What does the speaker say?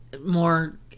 more